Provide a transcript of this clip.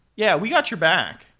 yeah, we got your back.